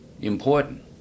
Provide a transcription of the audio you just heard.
important